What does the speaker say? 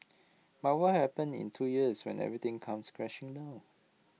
but what will happen in two years when everything comes crashing down